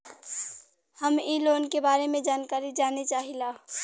हम इ लोन के बारे मे जानकारी जाने चाहीला?